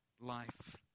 life